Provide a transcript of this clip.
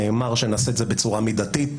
נאמר שנעשה את זה בצורה מידתית,